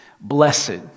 Blessed